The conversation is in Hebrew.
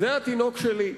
זה התינוק שלי,